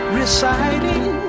reciting